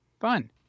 fun